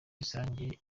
rusange